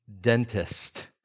dentist